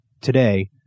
Today